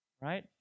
Right